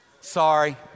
sorry